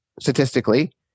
statistically